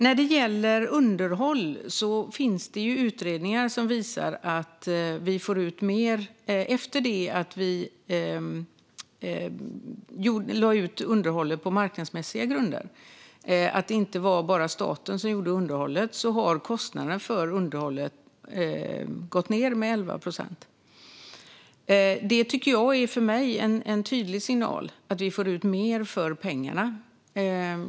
När det gäller underhåll finns det utredningar som visar att vi får ut mer efter det att vi lade ut underhållet på marknadsmässiga grunder och det inte längre bara är staten som utför det. Kostnaden för underhållet har gått ned med 11 procent. För mig är detta en tydlig signal om att vi får ut mer för pengarna.